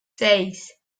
seis